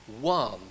one